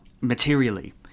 Materially